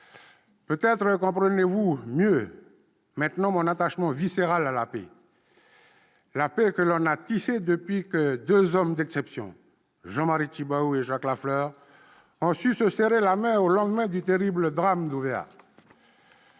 Peut-être comprenez-vous mieux maintenant mon attachement viscéral à la paix ! Celle qui a été tissée depuis que deux hommes d'exception, Jean-Marie Tjibaou et Jacques Lafleur, ont su se serrer la main au lendemain du terrible drame d'Ouvéa.